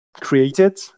created